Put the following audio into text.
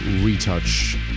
retouch